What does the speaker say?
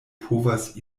povas